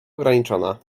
ograniczona